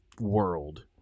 world